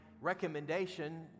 recommendation